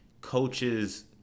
coaches—